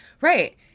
Right